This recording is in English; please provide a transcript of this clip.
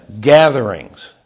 gatherings